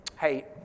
hey